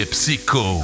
Psycho